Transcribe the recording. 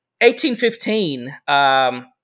1815